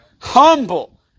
Humble